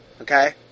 Okay